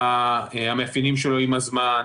מה המאפיינים שלו עם הזמן,